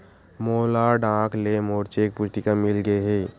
मोला डाक ले मोर चेक पुस्तिका मिल गे हे